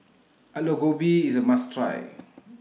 Aloo Gobi IS A must Try